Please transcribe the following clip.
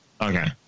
Okay